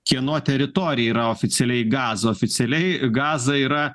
kieno teritorija yra oficialiai gaza oficialiai gaza yra